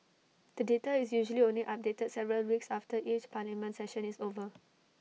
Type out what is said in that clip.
the data is usually only updated several weeks after each parliament session is over